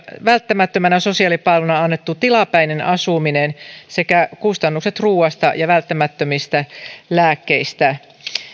välttämättömänä sosiaalipalveluna annettu tilapäinen asuminen sekä kustannukset ruoasta ja välttämättömistä lääkkeistä